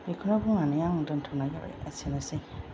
बेखौनो बुंनानै आं दोनथनाय जाबाय लासै लासै